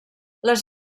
les